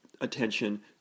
attention